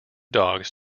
dogs